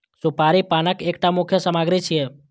सुपारी पानक एकटा मुख्य सामग्री छियै